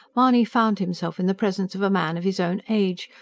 mahony found himself in the presence of a man of his own age,